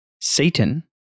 Satan